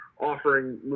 offering